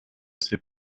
ses